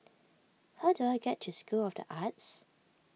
how do I get to School of the Arts